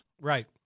Right